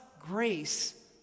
grace